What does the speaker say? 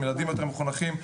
ילדים מחונכים יותר,